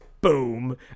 boom